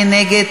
מי נגד?